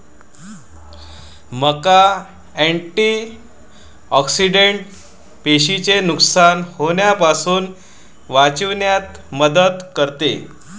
मका अँटिऑक्सिडेंट पेशींचे नुकसान होण्यापासून वाचविण्यात मदत करते